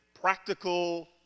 practical